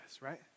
right